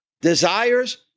desires